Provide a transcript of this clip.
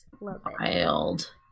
wild